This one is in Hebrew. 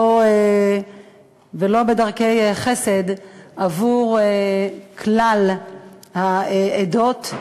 ולא בדרכי חסד, עבור כלל העדות.